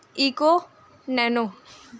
eco Nano